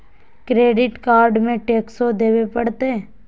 Credit card में टेक्सो देवे परते?